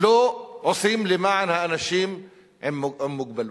לא עושים למען האנשים עם מוגבלות.